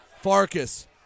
Farkas